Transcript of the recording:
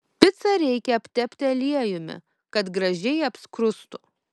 picą reikia aptepti aliejumi kad gražiai apskrustų